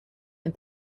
and